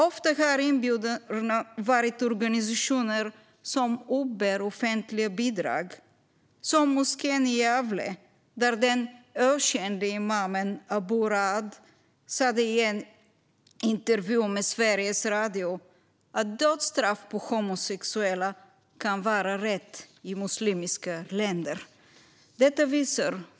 Ofta har inbjudarna varit organisationer som uppbär offentliga bidrag, till exempel moskén i Gävle vars ökände imam Abo Raad sa i en intervju med Sveriges Radio att dödsstraff för homosexuella kan vara rätt i muslimska länder. Fru talman!